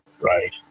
right